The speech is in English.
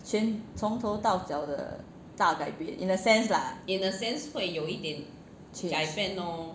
全从头到脚的大改变 in a sense lah change